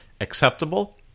acceptable